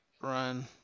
run